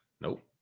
Nope